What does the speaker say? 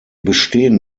bestehen